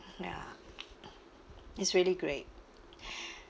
ya it's really great